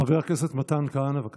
חבר הכנסת מתן כהנא, בבקשה,